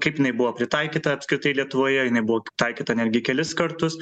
kaip jinai buvo pritaikyta apskritai lietuvoje jinai buvo pritaikyta netgi kelis kartus